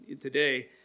today